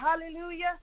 Hallelujah